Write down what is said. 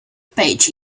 page